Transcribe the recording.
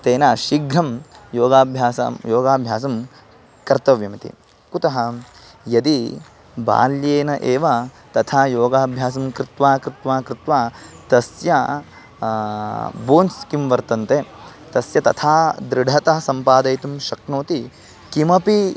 तेन शीघ्रं योगाभ्यासां योगाभ्यासं कर्तव्यम् इति कुतः यदि बाल्यात् एव तथा योगाभ्यासं कृत्वा कृत्वा कृत्वा तस्य बोन्स् किं वर्तन्ते तस्य तथा दृढता सम्पादयितुं शक्नोति किमपि